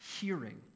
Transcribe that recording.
hearing